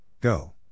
Go